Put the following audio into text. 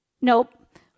Nope